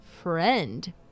friend